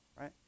right